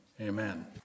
Amen